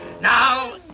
Now